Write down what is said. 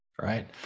right